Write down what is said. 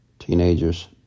teenagers